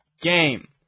Game